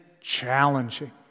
challenging